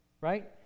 Right